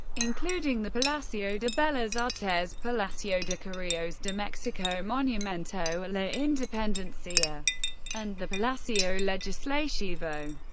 including the palacio de bellas artes, palacio de correos de mexico, monumento a la independencia and the palacio legislativo.